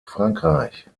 frankreich